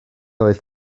oedd